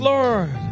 Lord